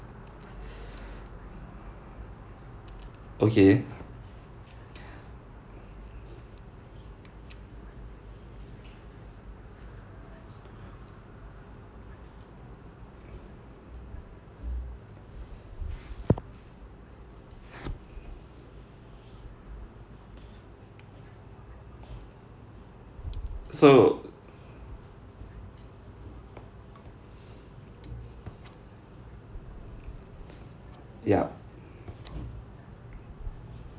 okay so yup